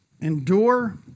endure